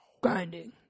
Grinding